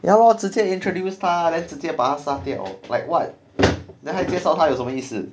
ya lor 直接 introduce 他 then 直接把他杀掉 like what then 还介绍他有什么意思